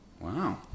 Wow